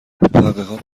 محققان